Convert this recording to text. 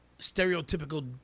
stereotypical